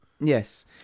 yes